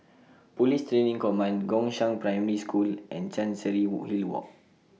Police Training Command Gongshang Primary School and Chancery Wood Hilly Walk